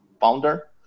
founder